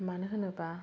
मानो होनोब्ला